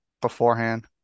beforehand